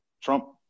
Trump